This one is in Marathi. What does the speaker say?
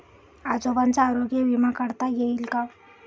आजोबांचा आरोग्य विमा काढता येईल का?